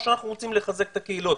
או שאנחנו רוצים לחזק את הקהילות.